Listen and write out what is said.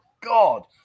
God